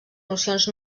nocions